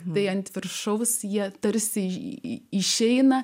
beje ant viršaus jie tarsi į išeina